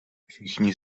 všichni